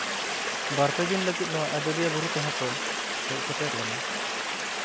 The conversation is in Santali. ᱵᱟᱨᱯᱮ ᱫᱤᱱ ᱞᱟᱹᱜᱤᱫ ᱱᱚᱣᱟ ᱟᱡᱳᱫᱤᱭᱟᱹ ᱵᱩᱨᱩ ᱛᱮᱦᱚᱸ ᱠᱚ ᱦᱮᱡ ᱥᱮᱴᱮᱨ ᱞᱮᱱᱟ